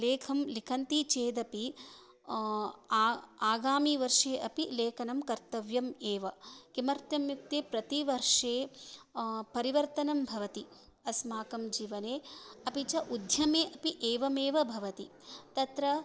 लेखं लिखन्ति चेदपि आगामिवर्षे अपि लेखनं कर्तव्यम् एव किमर्थम् इत्युक्ते प्रतिवर्षे परिवर्तनं भवति अस्माकं जीवने अपि च उद्यमे अपि एवमेव भवति तत्र